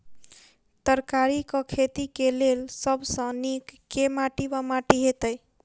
तरकारीक खेती केँ लेल सब सऽ नीक केँ माटि वा माटि हेतै?